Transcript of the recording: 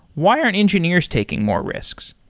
why aren't engineers taking more risks?